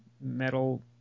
metal